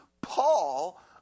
paul